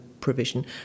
provision